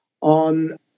on